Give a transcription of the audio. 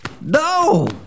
no